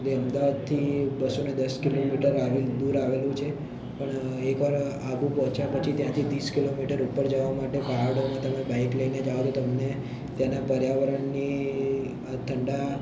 જે અમદાવાદથી બસો ને દસ કિલોમીટર આવેલ દૂર આવેલું છે પણ એકવાર આબુ પહોંચ્યા પછી ત્યાંથી ત્રીસ કિલોમીટર ઉપર જવા માટે પહાડોમાં તમે બાઇક લઈને જાવ તો તમને તેના પર્યાવરણની ઠંડા